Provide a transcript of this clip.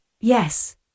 Yes